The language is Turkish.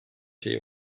şey